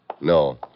No